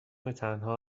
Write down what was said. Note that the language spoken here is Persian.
وتنها